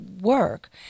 work